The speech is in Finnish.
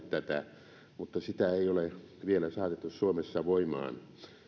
tätä mutta sitä ei ole vielä saatettu suomessa voimaan